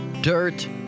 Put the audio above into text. dirt